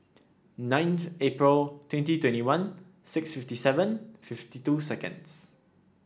ninth April twenty twenty one six fifty seven fifty two seconds